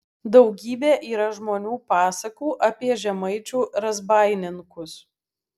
daugybė yra žmonių pasakų apie žemaičių razbaininkus